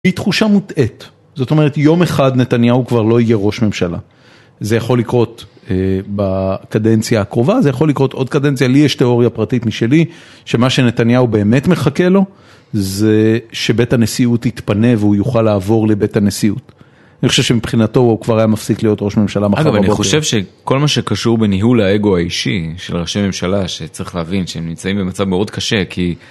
היא תחושה מוטעת, זאת אומרת, יום אחד נתניהו כבר לא יהיה ראש ממשלה. זה יכול לקרות בקדנציה הקרובה, זה יכול לקרות עוד קדנציה, לי יש תיאוריה פרטית משלי, שמה שנתניהו באמת מחכה לו, זה שבית הנשיאות יתפנה והוא יוכל לעבור לבית הנשיאות. אני חושב שמבחינתו הוא כבר היה מפסיק להיות ראש ממשלה מחר. אגב, אני חושב שכל מה שקשור בניהול האגו האישי של ראשי ממשלה, שצריך להבין שהם נמצאים במצב מאוד קשה, כי...